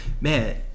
man